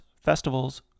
festivals